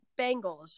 Bengals